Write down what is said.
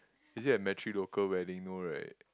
is it a metrilocal wedding no right